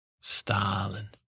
Stalin